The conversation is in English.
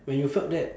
when you felt that